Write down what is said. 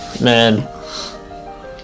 Man